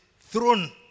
thrown